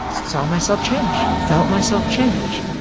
saw myself change, felt myself change